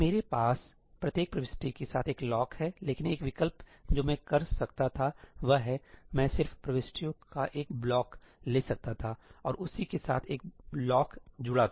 मेरे पास प्रत्येक प्रविष्टि के साथ एक लॉक है लेकिन एक विकल्प जो मैं कर सकता था वह है मैं सिर्फ प्रविष्टियों का एक ब्लॉक ले सकता था और उसी के साथ एक लॉक जुड़ा था